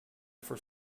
for